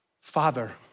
Father